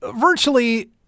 virtually